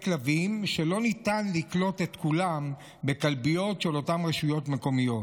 מטרת הצעת החוק היא לסייע לרשויות המקומיות